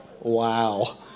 Wow